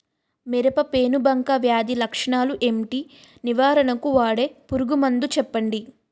మిరప పెనుబంక వ్యాధి లక్షణాలు ఏంటి? నివారణకు వాడే పురుగు మందు చెప్పండీ?